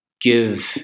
give